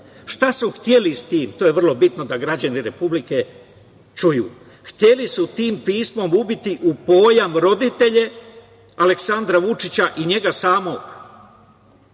su hteli sa tim, to je vrlo bitno da građani Republike čuju? Hteli su tim pismom ubiti u pojam roditelje Aleksandra Vučića i njega samog,